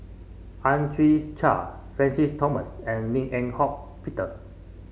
Ang Chwee Chai Francis Thomas and Lim Eng Hock Peter